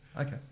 Okay